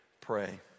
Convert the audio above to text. pray